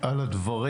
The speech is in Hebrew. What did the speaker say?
על הדברים.